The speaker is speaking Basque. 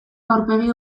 aurpegi